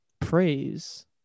praise